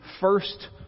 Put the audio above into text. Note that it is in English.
first